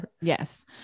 Yes